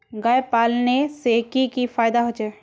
गाय पालने से की की फायदा होचे?